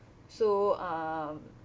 so um